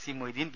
C Moideen V